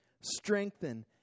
strengthen